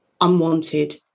unwanted